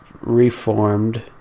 reformed